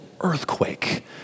earthquake